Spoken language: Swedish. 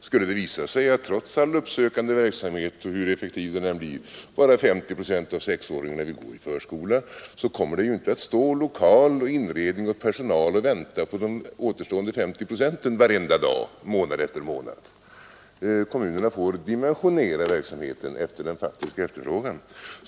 Skulle det visa sig att trots all uppsökande verksamhet och hur effektiv den än blir bara 50 procent av sexåringarna vill gå i förskola, kommer ju inte lokaler med inredning och personal att stå och vänta på de återstående 50 procenten varenda dag månad efter månad. Kommunerna får dimensionera verksamheten efter den faktiska efterfrågan.